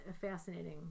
fascinating